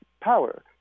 power